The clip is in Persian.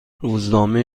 روزنامه